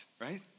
right